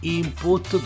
input